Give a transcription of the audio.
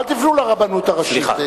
תפנו אל רבנות הראשית.